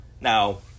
Now